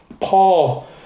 Paul